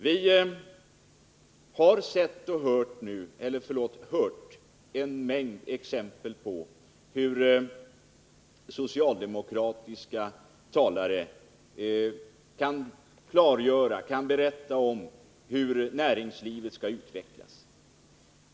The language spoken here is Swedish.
Vi har hört en mängd socialdemokratiska talare berätta hur näringslivet skall utvecklas.